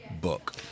book